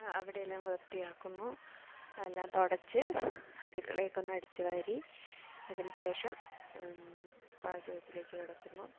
അവിടെയെല്ലാം വൃത്തിയാക്കുന്നു എല്ലാം തുടച്ച് അടുക്കളയൊക്കെ ഒന്ന് അടിച്ചുവാരി അതിനുശേഷം പാചകത്തിലേക്ക് കടക്കുന്നു